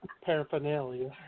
paraphernalia